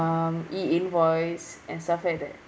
um e-invoice and stuff like that